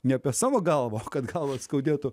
ne apie savo galvą kad galvą skaudėtų